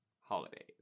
Holidays